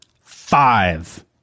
five